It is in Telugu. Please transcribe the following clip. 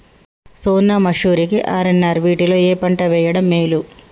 సోనా మాషురి కి ఆర్.ఎన్.ఆర్ వీటిలో ఏ పంట వెయ్యడం మేలు?